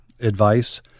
advice